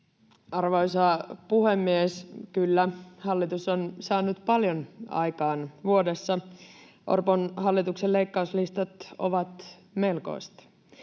Arvoisa puhemies! Kyllä, hallitus on saanut paljon aikaan vuodessa. Orpon hallituksen leikkauslistat ovat melkoiset: